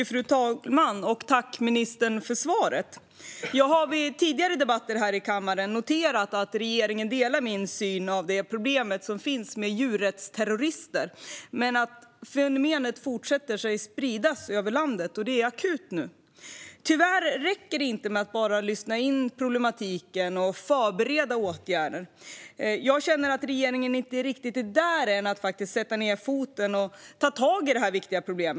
Fru talman! Tack, ministern, för svaret! Jag har vid tidigare debatter i kammaren noterat att regeringen delar min syn på det problem som finns med djurrättsterrorister. Men fenomenet fortsätter att spridas över landet. Det är akut nu. Tyvärr räcker det inte med att bara lyssna in problematiken och förbereda åtgärder. Jag känner att regeringen inte riktigt är där än att sätta ned foten och ta tag i detta viktiga problem.